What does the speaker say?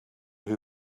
who